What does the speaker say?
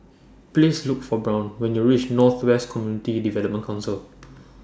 Please Look For Brown when YOU REACH North West Community Development Council